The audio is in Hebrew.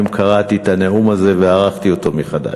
קראתי את הנאום הזה וערכתי אותו מחדש.